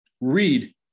Read